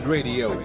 Radio